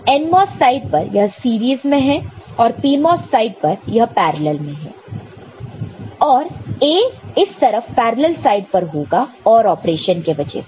NMOS side में यह series में है और PMOS साइड में यह पैरलल में है और A इस तरफ पैरलल साइड पर होगा OR ऑपरेशन के वजह से